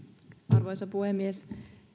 arvoisa puhemies